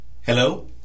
Hello